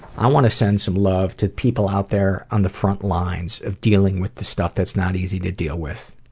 i want to send some love to people out there on the front lines of dealing with this stuff that's not easy to deal with.